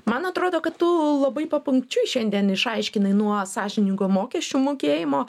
man atrodo kad tu labai papunkčiui šiandien išaiškinai nuo sąžiningo mokesčių mokėjimo